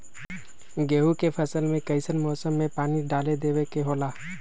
गेहूं के फसल में कइसन मौसम में पानी डालें देबे के होला?